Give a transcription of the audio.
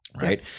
right